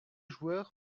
joueur